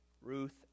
Ruth